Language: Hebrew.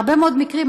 בהרבה מאוד מקרים,